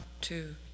two